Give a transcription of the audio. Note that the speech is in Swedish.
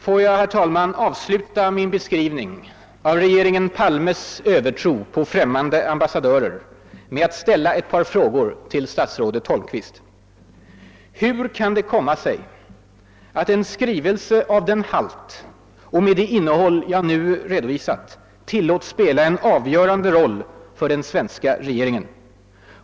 Får jag avsluta min beskrivning av regeringen Palmes övertro på främmande ambassadörer med att ställa ett par frågor till statsrådet Holmqvist: Hur kan det komma sig att en skrivelse av den halt och med det innehåll jag nu redovisat tillåts spela en avgörande roll för den svenska regeringen?